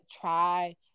try